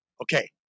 Okay